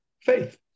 faith